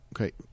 okay